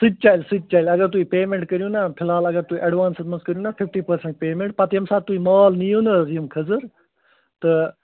سُہ تہِ چَلہِ سُہ تہِ چَلہِ اَگر تُہۍ پیٚمٮ۪نٛٹ کٔرِو نا فِلحال اَگر تُہۍ ایڈوانسَس منٛز کٔرِو نا فِفٹی پٔرسَنٛٹہٕ پیٚمٮ۪نٛٹ پَتہٕ ییٚمہِ ساتہٕ تُہۍ مال نِیِو نا حظ یِم کھٔزٕر تہٕ